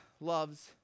loves